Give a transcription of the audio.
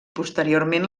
posteriorment